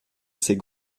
ces